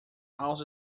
also